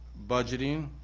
budgeting.